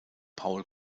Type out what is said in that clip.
paul